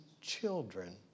children